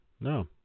No